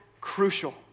crucial